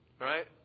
right